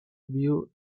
view